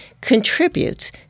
contributes